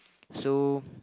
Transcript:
so